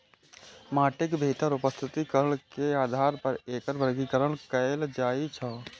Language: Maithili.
माटिक भीतर उपस्थित कण के आधार पर एकर वर्गीकरण कैल जाइ छै